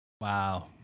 Wow